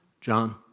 John